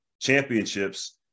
Championships